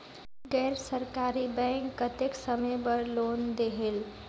गैर सरकारी बैंक कतेक समय बर लोन देहेल?